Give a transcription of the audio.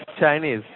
Chinese